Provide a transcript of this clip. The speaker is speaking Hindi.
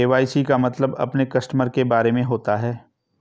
के.वाई.सी का मतलब अपने कस्टमर के बारे में होता है